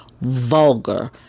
vulgar